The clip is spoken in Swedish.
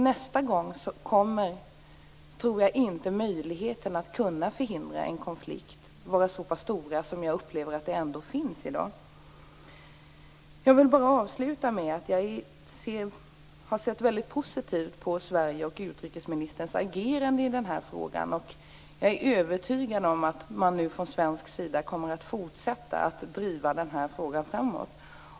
Nästa gång kommer inte möjligheterna att förhindra en konflikt att vara så pass stora som de ändå är i dag. Jag vill avsluta med att jag ser positivt på Sveriges och utrikesministerns agerande i den här frågan. Jag är övertygad om att man nu från svensk sida kommer att fortsätta att driva frågan framåt.